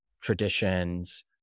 traditions